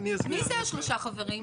מי זה השלושה חברים?